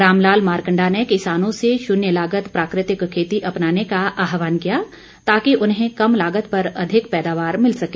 रामलाल मारकंडा ने किसानों से शून्य लागत प्राकृतिक खेती अपनाने का आहवान किया ताकि उन्हें कम लागत पर अधिक पैदावार मिल सके